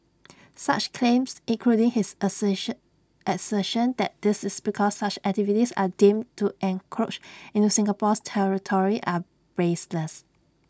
such claims including his assertion assertion that this is because such activities are deemed to encroach into Singapore's territory are baseless